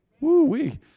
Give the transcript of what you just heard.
Woo-wee